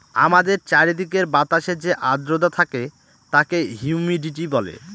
আমাদের চারিদিকের বাতাসে যে আদ্রতা থাকে তাকে হিউমিডিটি বলে